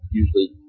usually